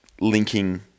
linking